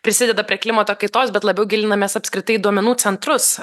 prisideda prie klimato kaitos bet labiau gilinamės apskritai į duomenų centrus